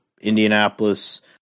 Indianapolis